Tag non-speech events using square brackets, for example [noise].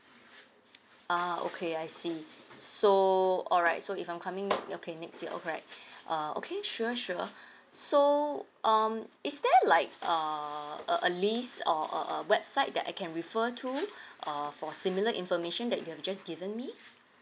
ah okay I see so all right so if I'm coming okay next year all right [breath] uh okay sure sure [breath] so um is there like uh a a list or a a website that I can refer to [breath] err for similar information that you have just given me